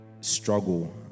struggle